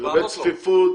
לגבי צפיפות,